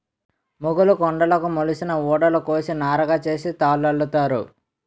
మొగులు డొంకలుకు మొలిసిన ఊడలు కోసి నారగా సేసి తాళల్లుతారు